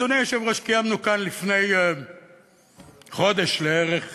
אדוני היושב-ראש, קיימנו פה לפני חודש לערך